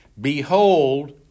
Behold